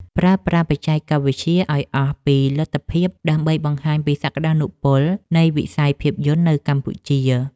ប្រើប្រាស់បច្ចេកវិទ្យាឱ្យអស់ពីលទ្ធភាពដើម្បីបង្ហាញពីសក្ដានុពលនៃវិស័យភាពយន្តនៅកម្ពុជា។